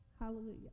Hallelujah